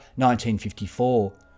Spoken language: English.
1954